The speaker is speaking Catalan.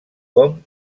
com